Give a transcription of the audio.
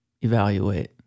evaluate